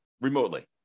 remotely